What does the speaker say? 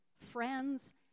friends